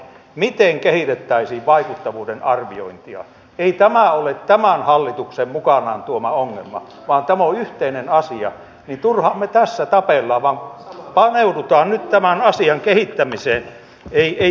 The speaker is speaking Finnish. juuri marraskuussa uutisoitiin että meillä on ennätysmäärä sairaanhoitajia tällä hetkellä työttömänä ja se johtuu siitä ikävä kyllä että kunnissa säästetään eikä välttämättä sitä työtä löydy edes omille hoitajille